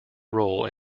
role